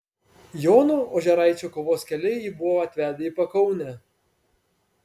jono ožeraičio kovos keliai jį buvo atvedę į pakaunę